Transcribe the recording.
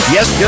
Yes